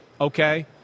okay